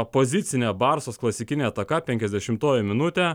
opozicinę barsos klasikinę ataka penkiasdešimtuoji minutę